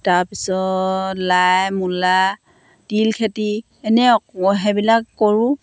তাৰপিছত লাই মূলা তিল খেতি এনে সেইবিলাক কৰোঁ